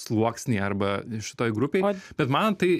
sluoksny arba šitoj grupėj bet man tai